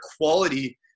quality